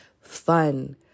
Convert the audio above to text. fun